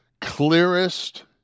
clearest